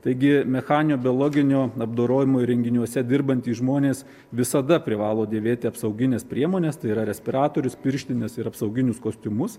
taigi mechaninio biologinio apdorojimo įrenginiuose dirbantys žmonės visada privalo dėvėti apsaugines priemones tai yra respiratorius pirštines ir apsauginius kostiumus